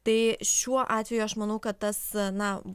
tai šiuo atveju aš manau kad tas na